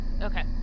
Okay